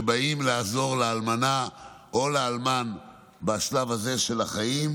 שבאים לעזור לאלמנה או לאלמן בשלב הזה של החיים,